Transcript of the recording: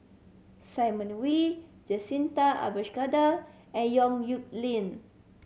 Simon Wee Jacintha Abisheganaden and Yong Nyuk Lin